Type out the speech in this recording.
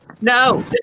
No